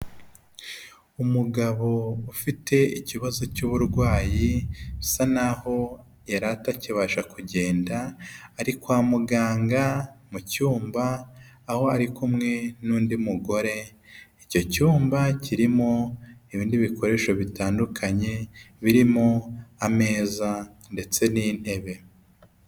Umugabo ufite ikibazo cy'uburwayi bisa n'aho yari atakibasha kugenda, ari kwa muganga mu cyumba aho ari kumwe n'undi mugore, icyo cyumba kirimo ibindi bikoresho bitandukanye birimo ameza ndetse n'intebe.